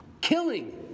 Killing